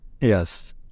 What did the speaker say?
Yes